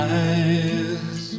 eyes